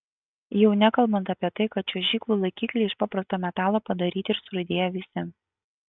jau nekalbant apie tai kad čiuožyklų laikikliai iš paprasto metalo padaryti ir surūdiję visi